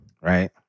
right